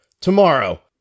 tomorrow